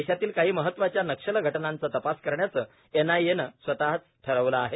देशातील काही महत्वाच्या नक्षल घटनांचा तपास करण्याचे एनआयएनं स्वतच ठरविले आहे